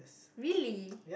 really